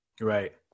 Right